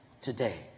Today